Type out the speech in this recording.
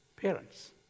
parents